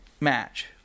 match